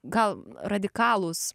gal radikalūs